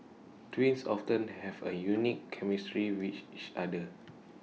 twins often have A unique chemistry with each other